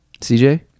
CJ